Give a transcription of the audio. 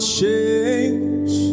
change